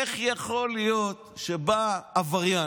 איך יכול להיות שבא עבריין,